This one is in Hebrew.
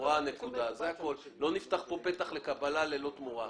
לא נפתח פה פתח לקבלה ללא תמורה.